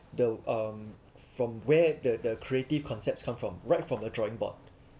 the um from where the the creative concepts come from right from the drawing board